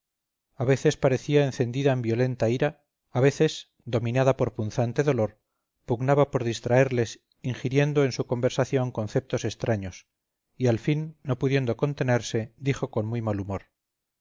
a veces parecía encendida en violenta ira a veces dominada por punzante dolor pugnaba por distraerles ingiriendo en su conversación conceptos extraños y al fin no pudiendo contenerse dijo con muy mal humor